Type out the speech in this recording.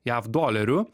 jav dolerių